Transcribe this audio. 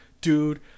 dude